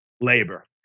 labor